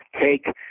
take